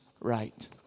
right